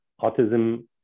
Autism